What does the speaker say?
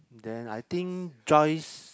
then I think Joyce